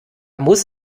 muss